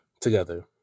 together